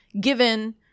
given